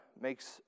makes